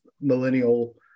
millennial